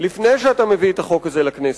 לפני שאתה מביא את החוק הזה לכנסת.